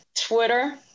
Twitter